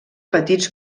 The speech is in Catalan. petits